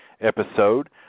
episode